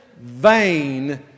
vain